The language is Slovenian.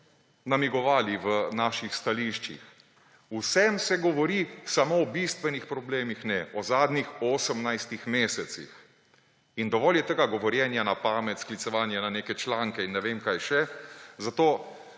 namigovali v naših stališčih, o vsem se govori, samo o bistvenih problemih ne − o zadnjih 18 mesecih. In dovolj je tega govorjenja na pamet, sklicevanja na neke članke in ne vem kaj še. Zato,